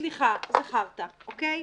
סליחה, זה חרטא, אוקיי?